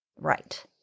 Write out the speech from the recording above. Right